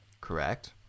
correct